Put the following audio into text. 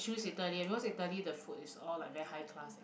choose italy because italy the food is all like very high class eh